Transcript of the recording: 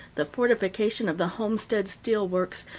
the fortification of the homestead steel works,